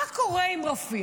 מה קורה עם רפיח?